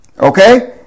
Okay